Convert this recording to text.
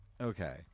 Okay